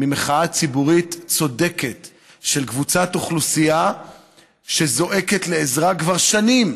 ממחאה ציבורית צודקת של קבוצת אוכלוסייה שזועקת לעזרה כבר שנים.